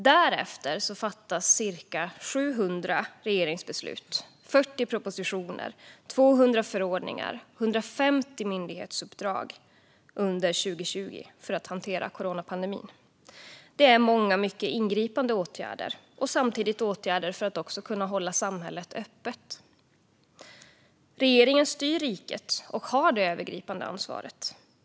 Därefter fattades cirka 700 regeringsbeslut, och man beslutade om 40 propositioner, 200 förordningar och 150 myndighetsuppdrag under 2020 för att hantera coronapandemin. Det var många mycket ingripande åtgärder och samtidigt åtgärder för att hålla samhället öppet. Regeringen styr riket och har det övergripande ansvaret.